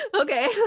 okay